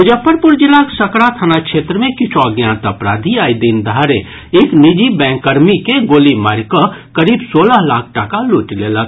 मुजफ्फरपुर जिलाक सकरा थाना क्षेत्र मे किछु अज्ञात अपराधी आइ दिन दहाड़े एक निजी बैंक कर्मी के गोली मारि कऽ करीब सोलह लाख टाका लूटि लेलक